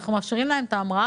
אלא אנחנו מאפשרים להם המראה,